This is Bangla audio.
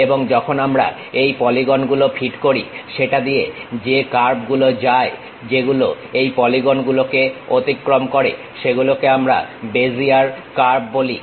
এবং যখন আমরা এই পলিগন গুলো ফিট করি সেটা দিয়ে যে কার্ভগুলো যায় যেগুলো এই পলিগন গুলোকে অতিক্রম করে সেগুলোকে আমরা বেজিয়ার কার্ভ বলে থাকি